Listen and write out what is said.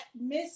Miss